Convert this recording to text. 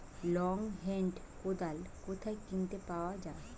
Long hand কোদাল কোথায় কিনতে পাওয়া যায়?